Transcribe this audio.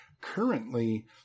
Currently